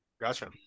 Gotcha